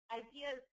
ideas